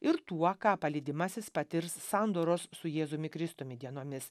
ir tuo ką palydimasis patirs sandoros su jėzumi kristumi dienomis